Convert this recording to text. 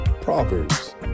Proverbs